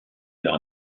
leurs